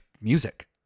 music